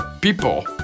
people